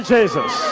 Jesus